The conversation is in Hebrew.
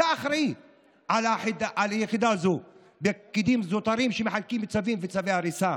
אתה אחראי ליחידה הזו לפקידים זוטרים שמחלקים צווים וצווי הריסה.